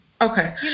Okay